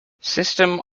system